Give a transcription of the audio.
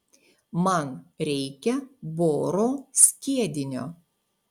man reikia boro skiedinio